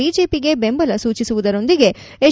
ಬಿಜೆಪಿಗೆ ಬೆಂಬಲ ಸೂಚಿಸುವದರೊಂದಿಗೆ ಎಚ್